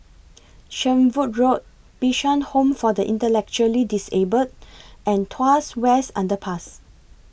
Shenvood Road Bishan Home For The Intellectually Disabled and Tuas West Underpass